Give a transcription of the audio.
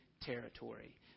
territory